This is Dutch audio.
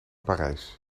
parijs